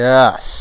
Yes